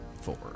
Four